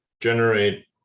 generate